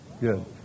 Good